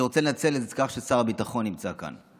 אני רוצה לנצל את כך ששר הביטחון נמצא כאן.